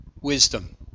wisdom